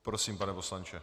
Prosím, pane poslanče.